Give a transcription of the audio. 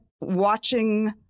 watching